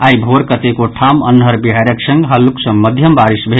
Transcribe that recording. आई भोर कतेको ठाम अन्हर बिहारिक संग हल्लुक सँ मध्यम बारिश भेल